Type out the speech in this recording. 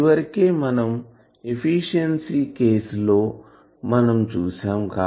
ఇదివరకే మనం efficiency case లో మనం చూసాం